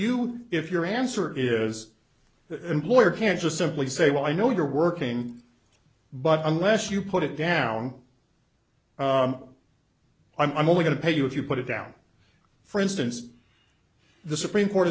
you if your answer is the employer can just simply say well i know you're working but unless you put it down i'm only going to pay you if you put it down for instance the supreme court